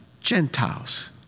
Gentiles